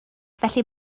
felly